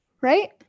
right